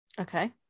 okay